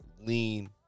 lean